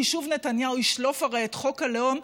כי שוב נתניהו ישלוף הרי את חוק הלאום.